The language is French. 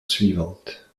suivante